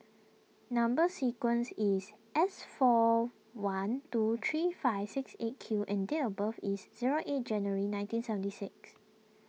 Number Sequence is S four one two three five six eight Q and date of birth is zero eight January nineteen seventy six